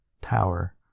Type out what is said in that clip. tower